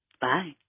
Bye